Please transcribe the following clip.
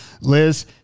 Liz